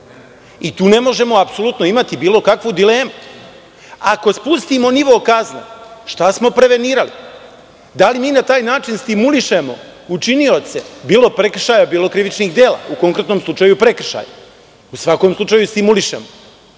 Tu ne možemo apsolutno imati bilo kakvu dilemu. Ako spustimo nivo kazne, šta smo prevenirali? Da li mi na taj način stimulišemo učinioce, bilo prekršaja, bilo krivičnih dela, a u konkretnom slučaju prekršaja? U svakom slučaju stimulišemo. Prema